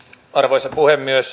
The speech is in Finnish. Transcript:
arvoisa puhemies